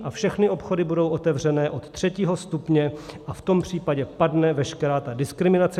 A všechny obchody budou otevřené od třetího stupně a v tom případě padne veškerá ta diskriminace.